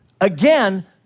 Again